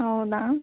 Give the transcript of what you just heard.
ಹೌದಾ